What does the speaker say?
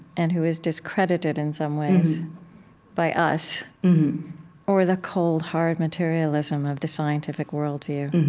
and who is discredited in some ways by us or the cold, hard materialism of the scientific worldview